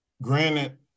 Granted